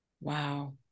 Wow